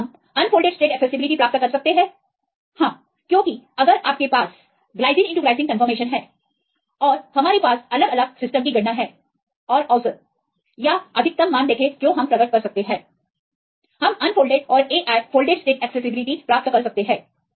तो क्या हम अनफोल्डेड स्टेट एक्सेसिबिलिटी प्राप्त कर सकते हैं हाँ क्योंकि अगर आपके पास Gly Gly कंफर्मेशन है और हमारे पास अलग अलग सिस्टम की गणना है और औसत या अधिकतम मान देखें जो हम प्रकट कर सकते हैं हम अनफोल्डेड औरAi फोल्डेड स्टेट एक्सेसिबिलिटी प्राप्त कर सकते हैं